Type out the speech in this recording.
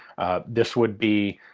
this would be.